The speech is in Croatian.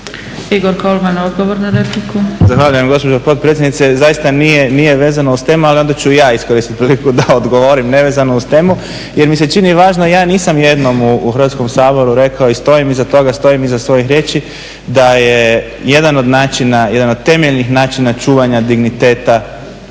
**Kolman, Igor (HNS)** Zahvaljujem gospođo potpredsjednice. Zaista nije vezano uz temu, ali onda ću i ja iskoristit priliku da odgovorim nevezano uz temu jer mi se čini važno. Ja nisam jednom u Hrvatskom saboru rekao i stojim iza toga, stojim iza svojih riječi da je jedan od načina, jedan od temeljnih načina čuvanja digniteta